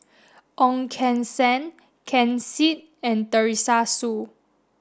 Ong Keng Sen Ken Seet and Teresa Hsu